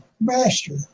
master